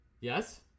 Yes